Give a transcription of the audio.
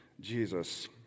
Jesus